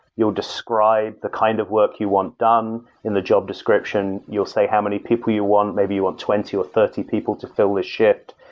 you'll describe the kind of work you want done in the job description. you'll say how many people you want. maybe you want twenty or thirty people to fill this shift.